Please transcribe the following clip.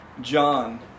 John